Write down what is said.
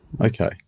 Okay